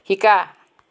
শিকা